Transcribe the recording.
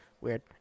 Weird